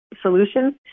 solutions